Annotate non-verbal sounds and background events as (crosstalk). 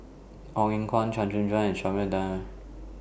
Ong Eng Guan Chua Joon Siang and (unintelligible) Dyer